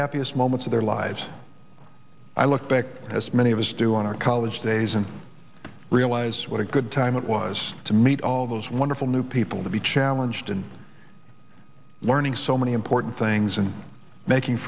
happiest moments of their lives i look back as many of us do on our college days and realize what a good time it was to meet all those wonderful new people to be challenged and learning so many important things and making